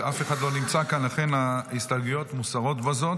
אף אחד לא נמצא כאן, לכן ההסתייגויות מוסרות בזאת.